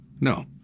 No